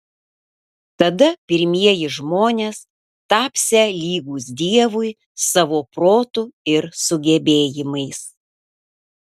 tada pirmieji žmonės tapsią lygūs dievui savo protu ir sugebėjimais